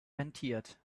rentiert